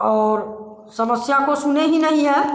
और समस्या को सुने ही नहीं हैं